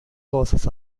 causes